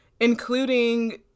including